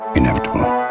Inevitable